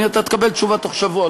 אתה תקבל תשובה בתוך שבוע,